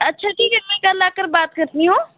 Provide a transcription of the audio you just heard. अच्छा ठीक है मैं कल आ कर बात करती हूँ